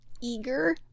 eager